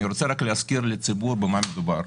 אני רוצה להזכיר לציבור במה מדובר.